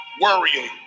worrying